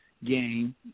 Game